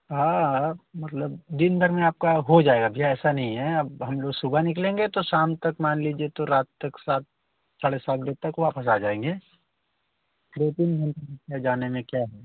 हाँ हाँ मतलब दिनभर में आपका हो जाएगा भैया ऐसा नहीं है अब हम लोग सुबह निकलेंगे तो शाम तक मान लीजिए तो रात तक सात साढ़े सात बजे तक वापस आ जाएँगे लेकिन जाने में क्या है